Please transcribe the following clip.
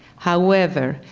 however,